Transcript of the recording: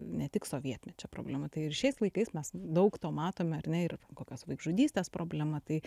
ne tik sovietmečio problema tai ir šiais laikais mes daug to matome ar ne ir kokios vaikžudystės problema tai